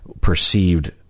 perceived